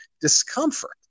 discomfort